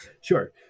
sure